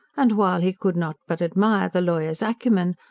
and, while he could not but admire the lawyer's acumen,